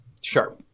Sure